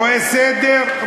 רואה סדר,